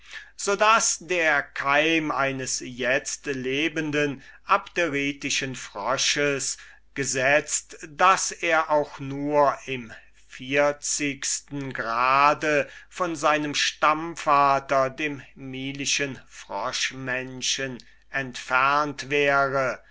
daß der keim eines itzt lebenden abderitischen frosches gesetzt daß er auch nur im dreißigsten grade von seinem stammvater dem milischen froschmenschen entfernt wäre